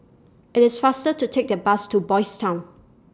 IT IS faster to Take The Bus to Boys' Town